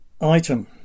Item